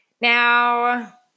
Now